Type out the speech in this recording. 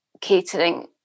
catering